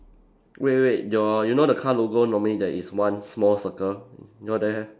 wait wait your you know the car logo normally there is one small circle you know there have